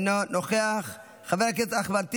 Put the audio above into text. אינו נוכח, חבר הכנסת אחמד טיבי,